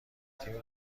تیم